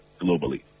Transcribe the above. globally